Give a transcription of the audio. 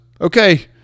okay